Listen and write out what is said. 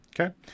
Okay